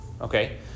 Okay